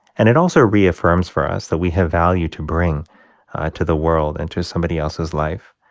and it also reaffirms for us that we have value to bring to the world and to somebody else's life.